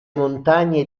montagne